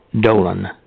Dolan